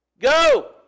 Go